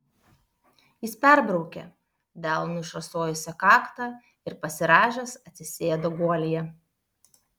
jis perbraukė delnu išrasojusią kaktą ir pasirąžęs atsisėdo guolyje